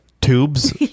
tubes